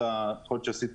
יכול להיות שעשית